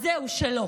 אז זהו, שלא.